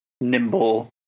nimble